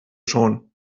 schon